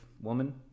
woman